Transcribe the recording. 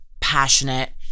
passionate